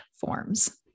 forms